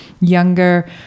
younger